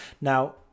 Now